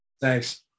Thanks